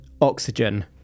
oxygen